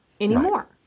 anymore